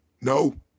No